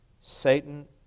Satan